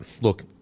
Look